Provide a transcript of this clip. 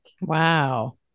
Wow